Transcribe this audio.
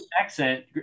accent